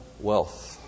wealth